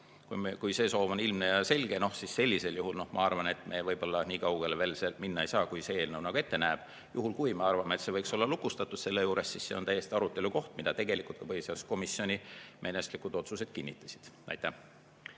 Kui see soov on ilmne ja selge, siis sellisel juhul me võib-olla nii kaugele veel minna ei saa, kui see eelnõu ette näeb. Juhul kui me arvame, et see võiks olla lukustatud, siis see on täiesti arutelu koht. Ja seda tegelikult ka põhiseaduskomisjoni menetluslikud otsused kinnitasid. Riina